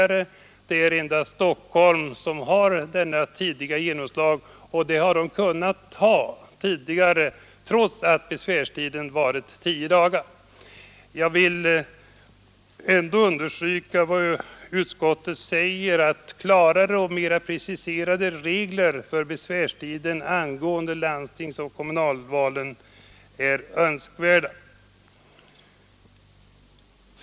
För närvarande är det endast i Stockholm som valutslaget får ett omedelbart genomslag i kommunfullmäktiges sammansättning, och detta har där varit möjligt trots att besvärstiden varit tio dagar. Jag vill dock understryka vad utskottet säger om att klarare och mer preciserade regler för besvärstiden angående landstingsoch kommunval är önskvärda.